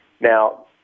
Now